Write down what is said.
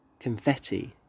confetti